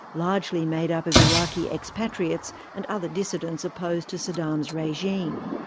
largely made up of iraqi expatriates and other dissidents opposed to saddam's regime.